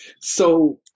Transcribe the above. So-